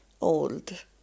old